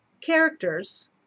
characters